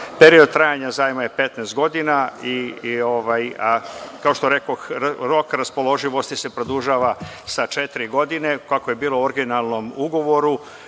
Period trajanja zajma je 15 godina i, kao što rekoh, rok raspoloživosti se produžava sa četiri godine, kako je bilo u originalnom ugovoru,